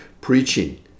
preaching